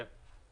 כן.